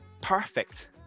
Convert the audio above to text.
perfect